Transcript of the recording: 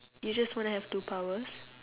you just want to have two powers